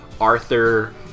Arthur